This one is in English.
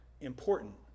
important